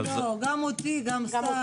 לא, גם אותי, גם את השר.